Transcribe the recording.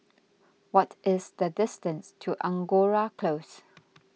what is the distance to Angora Close